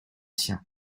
sien